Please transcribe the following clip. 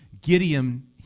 Gideon